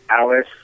Alice